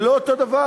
זה לא אותו דבר.